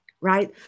right